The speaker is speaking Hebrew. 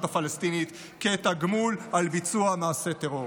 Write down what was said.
הפלסטינית כתגמול על ביצוע מעשה הטרור.